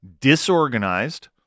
disorganized